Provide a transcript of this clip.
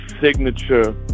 signature